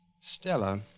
Stella